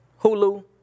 Hulu